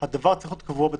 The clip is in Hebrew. למה זה צריך להיות קבוע בתקנות?